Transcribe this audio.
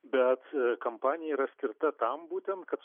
bet kampanija yra skirta tam būtent kad